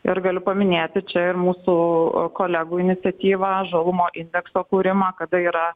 ir galiu paminėti čia ir mūsų kolegų iniciatyva žalumo indekso kūrimą kada yra